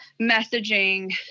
messaging